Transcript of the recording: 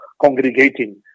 congregating